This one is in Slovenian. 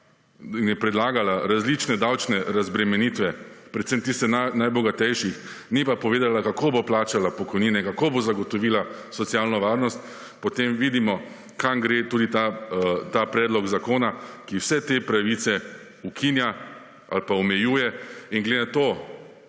in je predlagala različne davčne razbremenitve predvsem tiste najbogatejših ni pa povedala kako bo plačala pokojnine, kako bo zagotovila socialno varnost, potem vidimo kam gre ta predlog zakona, ki vse te pravice ukinja ali pa omejuje in glede na to,